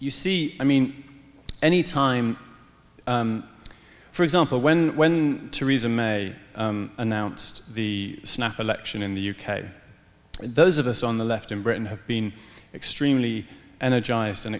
you see i mean any time for example when when to reason may announced the snap election in the u k those of us on the left in britain have been extremely energized and